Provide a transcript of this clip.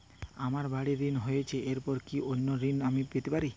আমার বাড়ীর ঋণ রয়েছে এরপর কি অন্য ঋণ আমি পেতে পারি?